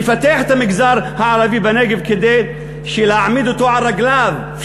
לפתח את המגזר הערבי בנגב כדי להעמיד אותו על רגליו,